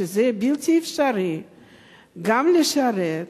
שזה בלתי אפשרי גם לשרת,